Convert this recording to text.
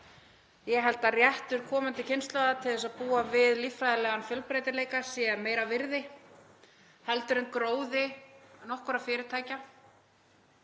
Ég held að réttur komandi kynslóða til að búa við líffræðilegan fjölbreytileika sé meira virði heldur en gróði nokkurra fyrirtækja.